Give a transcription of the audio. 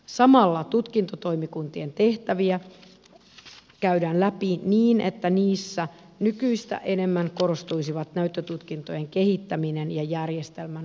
samalla tutkintotoimikuntien tehtäviä käydään läpi niin että niissä nykyistä enemmän korostuisivat näyttötutkintojen kehittäminen ja järjestelmän laadunvarmistus